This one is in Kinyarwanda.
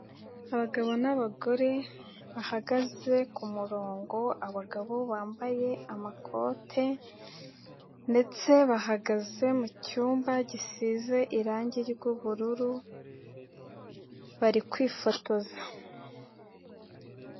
Abagabo n'abagore, bahagaze ku murongo, abagabo bambaye amakote ndetse bahagaze mu cyumba, gisize irangi ry'ubururu, bari kwifotoza.